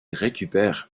récupère